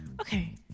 okay